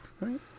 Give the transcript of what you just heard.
Right